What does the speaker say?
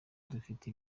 dufite